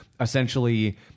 essentially